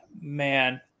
man